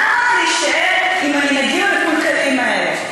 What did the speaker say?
למה להישאר עם המנהגים המקולקלים האלה?